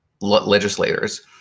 legislators